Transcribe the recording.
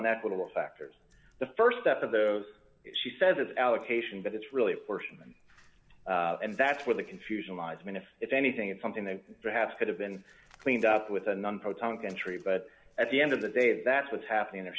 on equitable factors the st step of those she says is allocation but it's really a portion and that's where the confusion lies i mean if if anything it's something that perhaps could have been cleaned up with a non proton country but at the end of the day that's what's happening